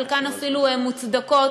חלקן אפילו מוצדקות.